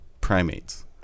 primates